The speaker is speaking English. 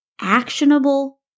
actionable